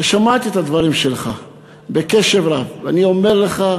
ושמעתי את הדברים שלך בקשב רב, ואני אומר לך,